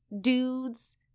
dudes